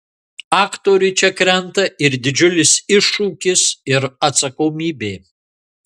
aktoriui čia krenta ir didžiulis iššūkis ir atsakomybė